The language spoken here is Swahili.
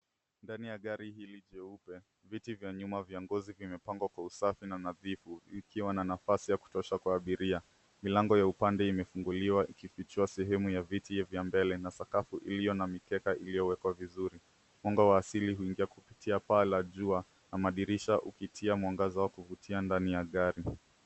Ndani ya gari hili jeupe, viti vya nyuma vya ngozi vimepangwa kwa usafi na nadhifu ikiwa na nafasi ya kutosha kwa abiria. Milango ya upande imefunguliwa ukifichuwa sehemu ya viti vya mbele na sakafu iliyo na mikeka iliyowekwa vizuri. Mwanga wa asili huingia kupitia paa la jua na madirisha ukitia mwangaza wa kuvutia ndani ya gari.